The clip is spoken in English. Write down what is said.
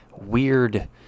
weird